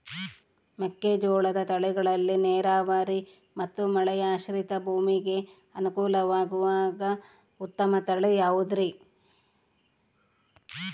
ಮೆಕ್ಕೆಜೋಳದ ತಳಿಗಳಲ್ಲಿ ನೇರಾವರಿ ಮತ್ತು ಮಳೆಯಾಶ್ರಿತ ಭೂಮಿಗೆ ಅನುಕೂಲವಾಗುವ ಉತ್ತಮ ತಳಿ ಯಾವುದುರಿ?